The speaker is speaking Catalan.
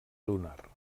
lunar